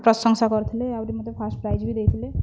ପ୍ରଶଂସା କରିଥିଲେ ଆହୁରି ମୋତେ ଫାର୍ଷ୍ଟ ପ୍ରାଇଜ୍ ବି ଦେଇଥିଲେ